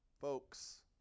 folks